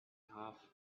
half